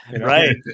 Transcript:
Right